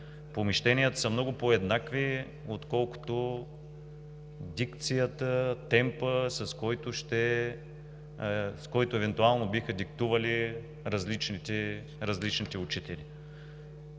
Помещенията са много по-еднакви, отколкото дикцията, темпът, с който евентуално биха диктували различните учители.